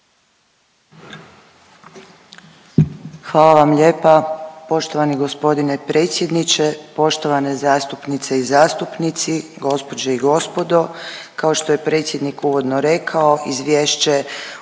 Hvala vam lijepa. Poštovani g. predsjedniče, poštovane zastupnice i zastupnici, gospođe i gospodo. Kao što je predsjednik uvodno rekao Izvješće